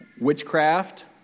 witchcraft